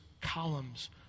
columns